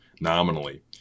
nominally